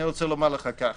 אני רוצה לומר לך כך